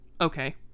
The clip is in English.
Okay